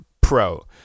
pro